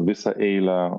visą eilę